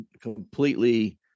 completely